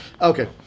Okay